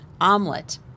omelet